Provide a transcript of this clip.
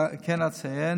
כמו כן אציין